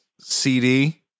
CD